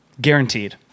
Guaranteed